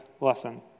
lesson